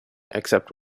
except